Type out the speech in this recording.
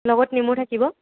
লগত নেমু থাকিব